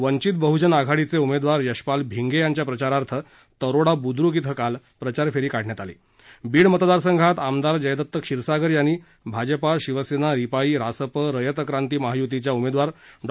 वंचित बहुजन आघाडीचरिमध्वार यशपाल भिंगखिंच्या प्रचारार्थ तरोडा बुद्दुक इथं काल प्रचार फ्री काढण्यात आली बीड मतदार संघात आमदार जयदत्त क्षीरसागर यांनी भाजप शिवसत्त्री रिपाई रासप रयत क्रांती महायुतीच्या उमेखार डॉ